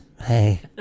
hey